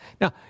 Now